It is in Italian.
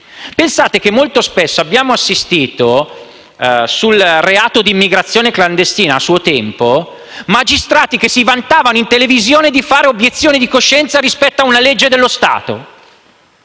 alle leggi. Molto spesso abbiamo visto, a suo tempo, sul reato di immigrazione clandestina, magistrati che si vantavano in televisione di fare obiezione di coscienza rispetto ad una legge dello Stato.